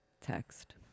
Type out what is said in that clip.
Text